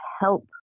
help